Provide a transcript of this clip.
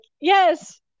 yes